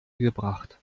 gebracht